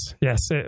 yes